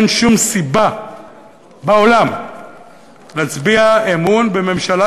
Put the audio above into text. אין שום סיבה בעולם להצביע אמון בממשלה